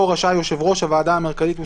"רשאי יושב ראש הוועדה המרכזית וסגניו,